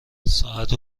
ساعت